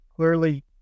Clearly